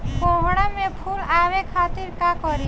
कोहड़ा में फुल आवे खातिर का करी?